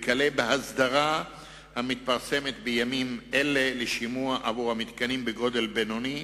וכלה בהסדרה המתפרסמת בימים אלה של שימוע עבור המתקנים בגודל בינוני,